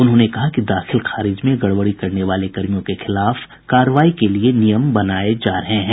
उन्होंने कहा कि दाखिल खारिज में गड़बड़ी करने वाले कर्मियों के खिलाफ कार्रवाई के लिये नियम बनाये जा रहे हैं